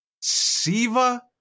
Siva